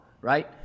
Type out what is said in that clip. Right